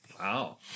Wow